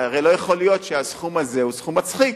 הרי לא יכול להיות שהסכום הזה הוא סכום מצחיק.